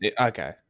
okay